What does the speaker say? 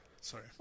Sorry